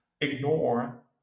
ignore